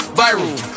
viral